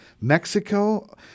Mexico